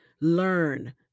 learn